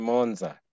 Monza